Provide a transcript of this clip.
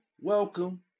welcome